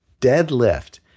deadlift